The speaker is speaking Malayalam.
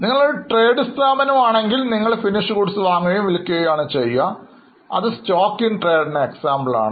നിങ്ങൾ ഒരു ട്രേഡിങ് സ്ഥാപനമാണെങ്കിൽ നിങ്ങൾ finished goods വാങ്ങുകയും വിൽക്കുകയും ആണ് ചെയ്യുക അത് stock in trade ഉദാഹരണമാണ്